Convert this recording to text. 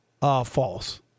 false